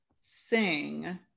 sing